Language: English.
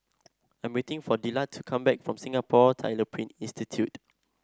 I'm waiting for Dillard to come back from Singapore Tyler Print Institute